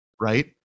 right